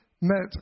met